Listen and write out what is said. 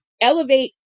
elevate